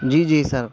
جی جی سر